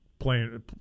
playing